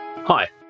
Hi